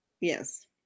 yes